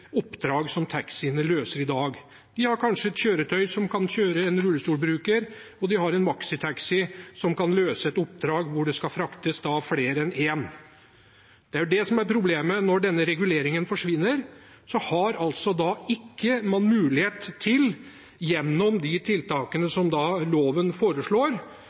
taxiene løser i dag. De har kanskje et kjøretøy som kan kjøre en rullestolbruker, og de har en maksitaxi som kan løse et oppdrag hvor det skal fraktes flere enn én. Det er det som er problemet når denne reguleringen forsvinner.